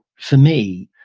for me,